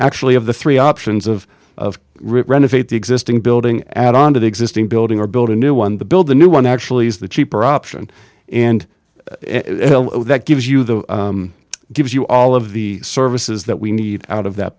actually of the three options of rip renovate the existing building add on to the existing building or build a new one the build the new one actually is the cheaper option and that gives you the gives you all of the services that we need out of that